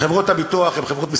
חברות הביטוח הן חברות מסחריות,